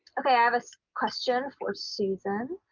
ok, i have a question for susan.